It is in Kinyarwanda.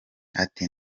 ati